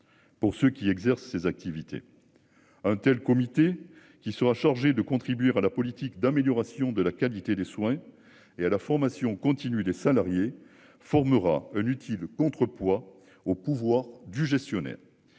Pour ceux qui exerce ses activités. Un tel comité qui sera chargé de contribuer à la politique d'amélioration de la qualité des soins et à la formation continue des salariés formera un utile contrepoids au pouvoir du gestionnaire.